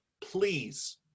Please